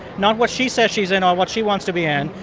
not what she says she's in or what she wants to be in,